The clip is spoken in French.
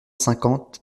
cinquante